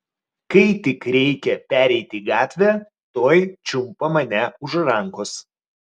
kai tik reikia pereiti gatvę tuoj čiumpa mane už rankos